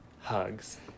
hugs